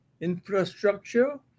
infrastructure